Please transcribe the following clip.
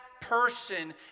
person